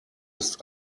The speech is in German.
ist